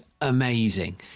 amazing